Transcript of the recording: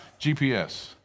GPS